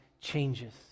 changes